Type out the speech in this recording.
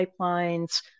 pipelines